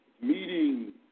meeting